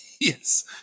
Yes